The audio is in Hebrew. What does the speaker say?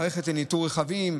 מערכת לניטור רכבים,